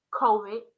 COVID